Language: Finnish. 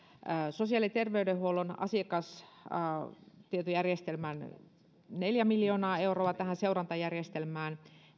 sosiaali ja terveydenhuollon asiakastietojärjestelmään haluaisimme neljä miljoonaa euroa nimenomaisesti tähän seurantajärjestelmään